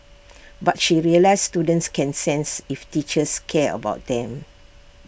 but she realised students can sense if teachers care about them